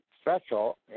special